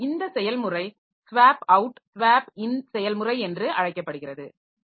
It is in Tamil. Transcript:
எனவே இந்த செயல்முறை ஸ்வாப் அவுட் ஸ்வாப் இன் செயல்முறை என்று அழைக்கப்படுகிறது